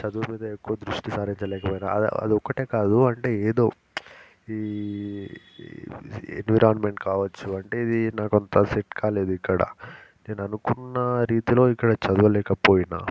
చదువు మీద ఎక్కువ దృష్టి సారించలేకపోయినా ఆ అది ఒక్కటే కాదు అంటే ఏదో ఈ ఎన్విరాన్మెంట్ కావచ్చు అంటే ఇది నాకు అంత సెట్ కాలేదు ఇక్కడ నేను అనుకున్న రీతిలో ఇక్కడ చదువలేకపోయినా